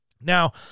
Now